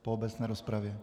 Po obecné rozpravě?